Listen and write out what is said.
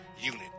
unit